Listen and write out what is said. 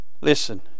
listen